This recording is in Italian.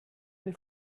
dei